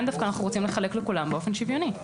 דווקא אנחנו רוצים לחלק לכולם באופן שוויוני.